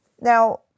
Now